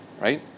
Right